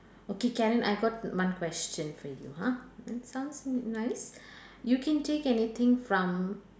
okay Karen I got one question for you !huh! that sounds nice you can take anything from